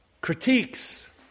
critiques